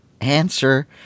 answer